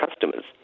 customers